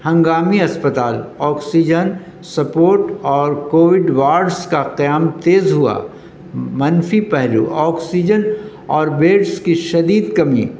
ہنگامی اسپتال oxygen support اور کووڈ وارڈس کا قیام تیز ہوا منفی پہلو آکسیجن اور بیڈس کی شدید کمی